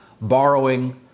borrowing